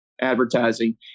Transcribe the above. advertising